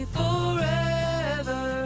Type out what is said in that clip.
forever